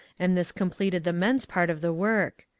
and this completed the men's part of the work.